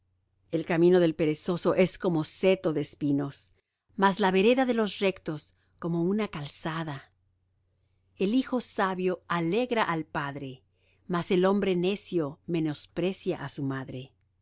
el camino del perezoso es como seto de espinos mas la vereda de los rectos como una calzada el hijo sabio alegra al padre mas el hombre necio menosprecia á su madre